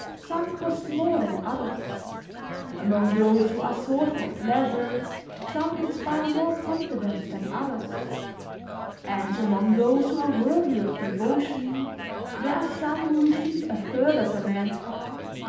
some cost more than others among those who are sought for pleasure some inspire more confidence than others and among those who are worthy of devotion there are some who receive a third of a man's heart,